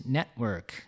Network